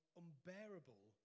unbearable